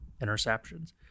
interceptions